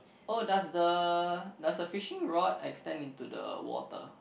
oh does the does the fishing rod extend into the water